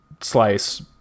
slice